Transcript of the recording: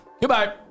Goodbye